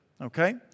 Okay